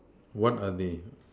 what are they